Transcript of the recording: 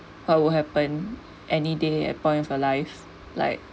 what will happen any day at point of your life like